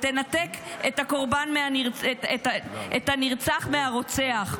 היא תנתק את הנרצח מהרוצח.